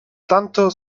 tanto